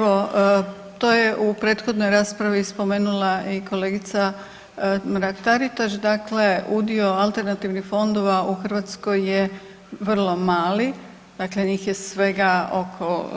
Evo to je u prethodnoj raspravi spomenula i kolegica Mrak Taritaš, dakle udio alternativnih fondova u Hrvatskoj je vrlo mali, dakle njih je svega oko